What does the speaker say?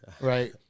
right